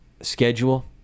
Schedule